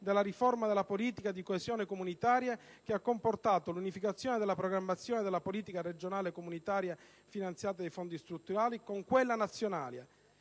della riforma della politica di coesione comunitaria, che ha comportato l'unificazione della programmazione della politica regionale comunitaria, finanziata dai fondi strutturali, con quella nazionale.